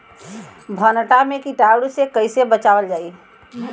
भनटा मे कीटाणु से कईसे बचावल जाई?